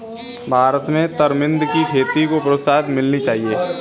भारत में तरमिंद की खेती को प्रोत्साहन मिलनी चाहिए